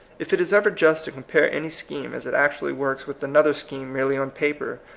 if it is ever just to compare any scheme as it actually works with another scheme merely on paper,